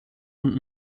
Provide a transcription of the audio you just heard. und